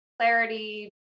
clarity